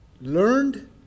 learned